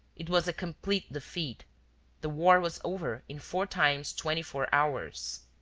it was a complete defeat the war was over in four times twenty-four hours.